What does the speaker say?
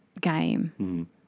game